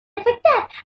afectar